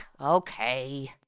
okay